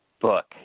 book